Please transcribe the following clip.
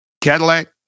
Cadillac